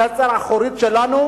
בחצר האחורית שלנו,